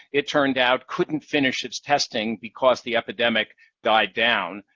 it turned out, couldn't finish its testing, because the epidemic died down.